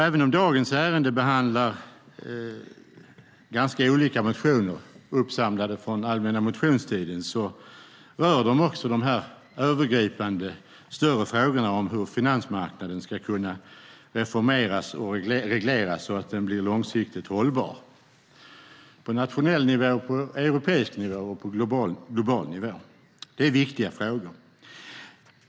Även om dagens ärende behandlar ganska olika motioner, uppsamlade från allmänna motionstiden, rör det också de övergripande större frågorna om hur finansmarknaden ska kunna reformeras och regleras så att den blir långsiktigt hållbar på nationell nivå, på europeisk nivå och på global nivå. Det är viktiga frågor.